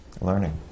learning